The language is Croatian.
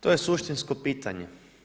To je suštinsko pitanje.